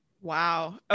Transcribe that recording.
Wow